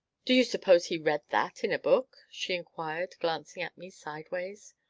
do you suppose he read that in a book? she inquired, glancing at me sideways.